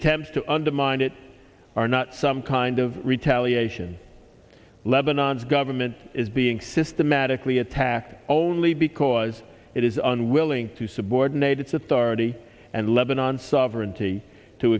attempts to undermine it are not some kind of retaliation lebanon's government is being systematically attack only because it is unwilling to subordinate its authority and lebanon sovereignty t